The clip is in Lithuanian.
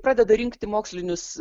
pradeda rinkti mokslinius